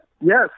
Yes